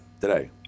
today